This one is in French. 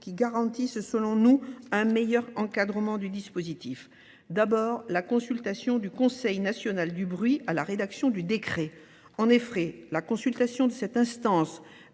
qui garantissent, selon nous, un meilleur encadrement du dispositif. D'abord, la consultation du Conseil national du bruit à la rédaction du décret. En effet, la consultation de cette instance